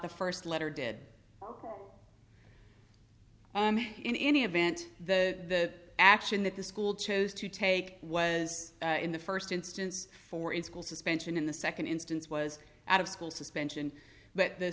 the first letter did in any event the action that the school chose to take was in the first instance for in school suspension in the second instance was out of school suspension but the